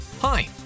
Hi